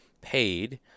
paid